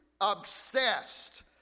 obsessed